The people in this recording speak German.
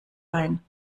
ein